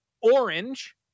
orange